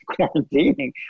quarantining